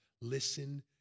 Listen